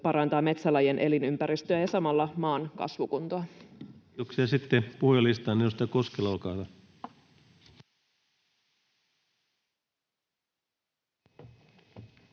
parantavat metsälajien elinympäristöä ja samalla maan kasvukuntoa. Kiitoksia. — Sitten puhujalistaan. — Edustaja Koskela, olkaa hyvä.